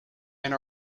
and